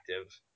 active